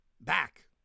back